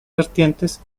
vertientes